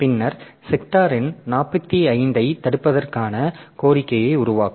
பின்னர் செக்டார் எண் 45 ஐத் தடுப்பதற்கான கோரிக்கையை உருவாக்கும்